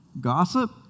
gossip